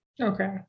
Okay